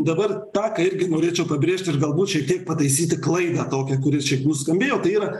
dabar tą ką irgi norėčiau pabrėžti ir galbūt šiek tiek pataisyti klaidą tokią kuri čia nuskambėjo tai yra